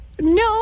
No